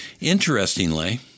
Interestingly